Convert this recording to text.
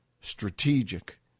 strategic